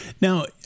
Now